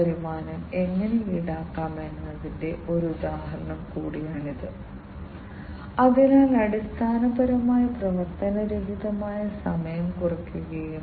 അവസാനത്തേത് ഞാൻ മുമ്പ് സംസാരിച്ച ഈ PLC ആണ് അതിന്റെ വാസ്തുവിദ്യയുടെ ഏകദേശ രേഖാചിത്രം ഞാൻ നിങ്ങൾക്ക് കാണിച്ചുതന്നു